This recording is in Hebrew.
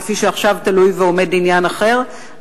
כפי שעכשיו תלוי ועומד עניין אחר,